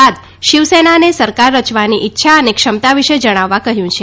બાદ શિવસેનાને સરકાર રચવાની ઈચ્છા અને ક્ષમતા વિશે જણાવવા કહ્યું છે